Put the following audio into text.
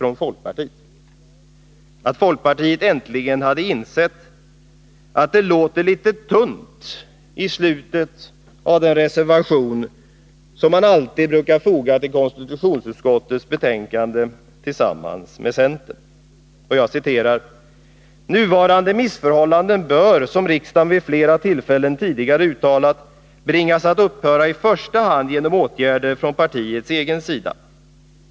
Vi trodde att folkpartiet äntligen hade insett att det verkar litet tunt i slutet av den reservation som man alltid brukar foga till konstitutionsutskottets betänkande tillsammans med centern. Det står där: ”Nuvarande missförhållanden bör, som riksdagen vid flera tillfällen tidigare uttalat, bringas att upphöra i första hand genom åtgärder från partiets egen sida.